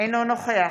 אינו נוכח